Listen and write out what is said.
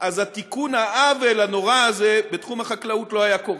אז תיקון העוול הנורא הזה בתחום החקלאות לא היה קורה.